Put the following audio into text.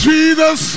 Jesus